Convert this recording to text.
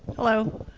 hello,